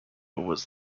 was